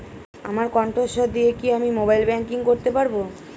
আমার কন্ঠস্বর দিয়ে কি আমি মোবাইলে ব্যাংকিং করতে পারবো?